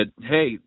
hey